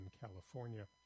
California